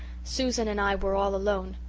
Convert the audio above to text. susan and i were all alone.